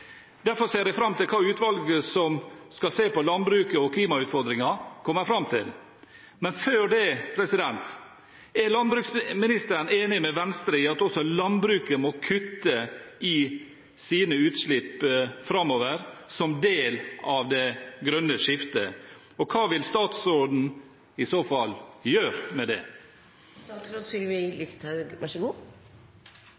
Derfor ser jeg fram til hva utvalget som skal se på landbruket og klimautfordringen, kommer fram til. Men før det: Er landbruksministeren enig med Venstre i at også landbruket må kutte i sine utslipp framover som en del av det grønne skiftet, og hva vil statsråden i så fall gjøre med